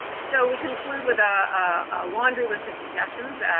so, we conclude with a laundry list of suggestions, and